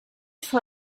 for